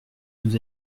nous